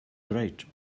grate